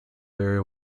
very